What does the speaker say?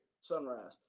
Sunrise